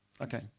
Okay